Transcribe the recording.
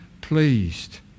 pleased